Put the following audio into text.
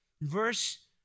Verse